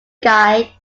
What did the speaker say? guide